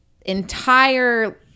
entire